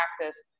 practice